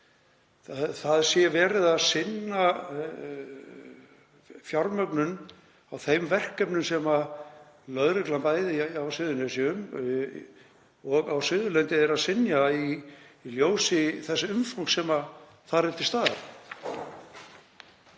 það sé verið að sinna fjármögnun á þeim verkefnum sem lögreglan, bæði á Suðurnesjum og á Suðurlandi, er að sinna í ljósi þess umfangs sem þar er til staðar.